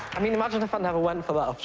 i mean, imagine if i never went for that,